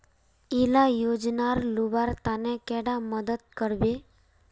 इला योजनार लुबार तने कैडा मदद करबे?